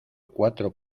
cuatro